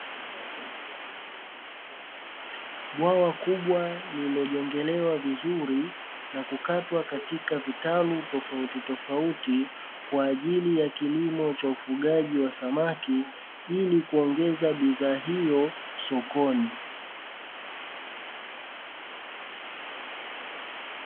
Bwawa kubwa lililojengelewa vizuri na kukatwa katika vitalu tofauti tofauti kwa ajili ya kilimo cha ufugaji wa samaki, ili kuongeza bidhaa hiyo sokoni.